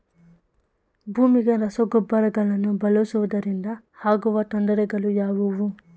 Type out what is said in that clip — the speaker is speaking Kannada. ಭೂಮಿಗೆ ರಸಗೊಬ್ಬರಗಳನ್ನು ಬಳಸುವುದರಿಂದ ಆಗುವ ತೊಂದರೆಗಳು ಯಾವುವು?